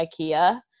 Ikea